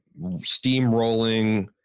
steamrolling